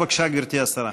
בבקשה, גברתי השרה.